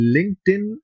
LinkedIn